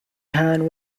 hans